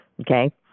Okay